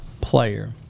player